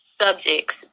subjects